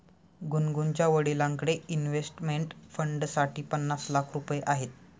गुनगुनच्या वडिलांकडे इन्व्हेस्टमेंट फंडसाठी पन्नास लाख रुपये आहेत